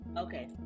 Okay